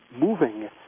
Moving